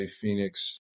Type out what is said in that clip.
Phoenix